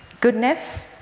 goodness